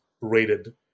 rated